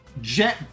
jet